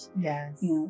yes